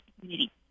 community